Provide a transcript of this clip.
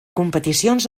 competicions